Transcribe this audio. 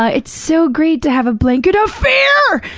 ah it's so great to have a blanket of fear!